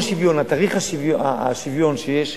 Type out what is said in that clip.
יום השוויון, תאריך השוויון שיש